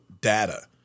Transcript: data